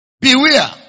Beware